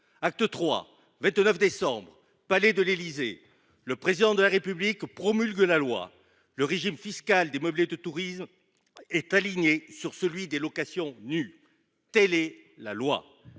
Acte III, 29 décembre, palais de l’Élysée. Le Président de la République promulgue la loi : le régime fiscal des meublés de tourisme est aligné sur celui des locations nues. Telle est la loi.